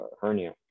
hernia